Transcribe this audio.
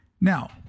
Now